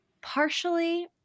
partially